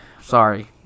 Sorry